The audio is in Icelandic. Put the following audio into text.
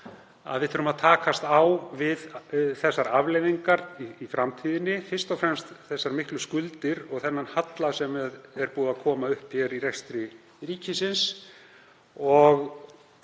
við þurfum að takast á við þessar afleiðingar í framtíðinni, fyrst og fremst þær miklu skuldir og þann halla sem búið er að koma upp í rekstri ríkisins